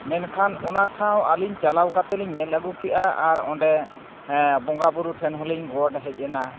ᱢᱮᱱᱠᱷᱟᱱ ᱚᱱᱟ ᱴᱷᱟᱶ ᱟᱹᱞᱤᱧ ᱪᱟᱞᱟᱣ ᱠᱟᱛᱮᱫ ᱞᱤᱧ ᱧᱮᱞ ᱟᱹᱜᱩ ᱠᱮᱜᱼᱟ ᱟᱨ ᱚᱸᱰᱮ ᱵᱚᱸᱜᱟ ᱵᱩᱨᱩ ᱴᱷᱮᱱ ᱦᱚᱸᱞᱤᱧ ᱜᱚᱰ ᱦᱮᱡ ᱮᱱᱟ